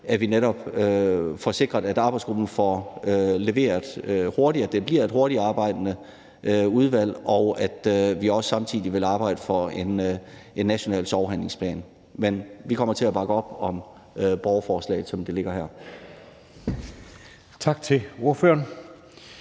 at vi netop får sikret, at arbejdsgruppen får leveret hurtigt, altså at det bliver et hurtigtarbejdende udvalg, og at vi også samtidig vil arbejde for en national sorghandleplan. Men vi kommer til at bakke op om borgerforslaget, som det ligger her.